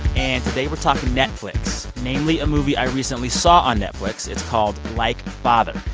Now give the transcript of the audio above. and today we're talking netflix, namely a movie i recently saw on netflix. it's called like father.